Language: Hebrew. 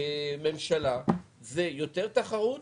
כממשלה, זה יותר תחרות